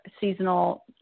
seasonal